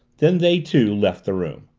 then they, too, left the room.